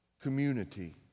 community